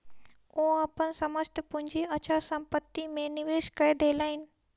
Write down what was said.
ओ अपन समस्त पूंजी अचल संपत्ति में निवेश कय देलैन